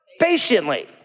Patiently